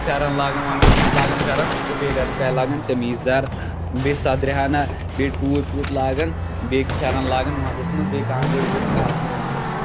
فیرَن لاگان وَندَس منٛز لاگان فیرَن بیٚیہِ ریٚتہٕ کالہِ لاگان قمیٖز یَزار بیٚیہِ سَدرِ ہنہ بیٚیہِ ٹوٗپ ووٗپ لاگان بیٚیہِ فیرن لاگان وَندَس منٛز بیٚیہِ کانگٕرۍ گٔژھکھ آسٕنۍ ونٛدس منٛز